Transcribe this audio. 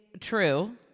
true